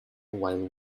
while